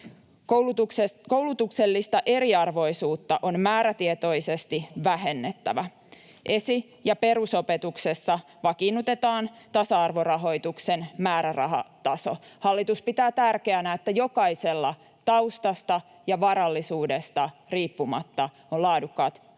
Koulutuksellista eriarvoisuutta on määrätietoisesti vähennettävä. Esi- ja perusopetuksessa vakiinnutetaan tasa-arvorahoituksen määrärahataso. Hallitus pitää tärkeänä, että jokaisella taustasta ja varallisuudesta riippumatta on laadukkaat ja